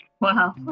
Wow